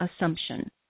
assumption